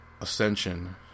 ascension